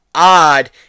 odd